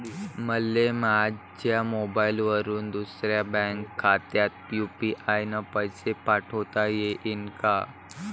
मले माह्या मोबाईलवरून दुसऱ्या बँक खात्यात यू.पी.आय न पैसे पाठोता येईन काय?